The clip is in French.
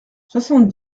soixante